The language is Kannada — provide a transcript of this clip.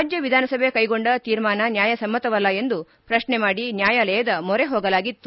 ರಾಜ್ಯ ವಿಧಾನಸಭೆ ಕೈಗೊಂಡ ತೀರ್ಮಾನ ನ್ಯಾಯಸಮ್ಮತವಲ್ಲ ಎಂದು ಪ್ರಶ್ನೆ ಮಾಡಿ ನ್ಯಾಯಾಲಯದ ಮೊರೆ ಹೋಗಲಾಗಿತ್ತು